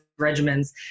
regimens